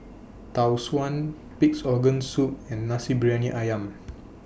Tau Suan Pig'S Organ Soup and Nasi Briyani Ayam